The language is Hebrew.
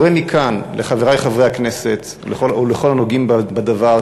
קורא מכאן לחברי חברי הכנסת ולכל הנוגעים בדבר,